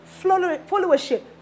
followership